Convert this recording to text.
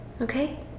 Okay